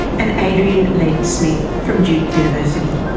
and adriane lentz-smith from duke university.